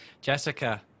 Jessica